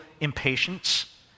impatience